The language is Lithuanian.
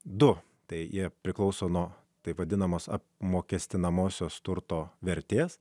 du tai jie priklauso nuo taip vadinamos apmokestinamosios turto vertės